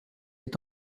est